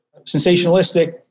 sensationalistic